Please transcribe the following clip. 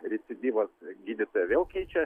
recidyvas gydytoja vėl keičia